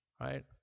right